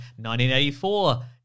1984